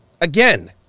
again